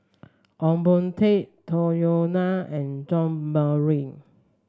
Ong Boon Tat Tung Yue Nang and John Morrice